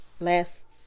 last